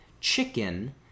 chicken